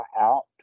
out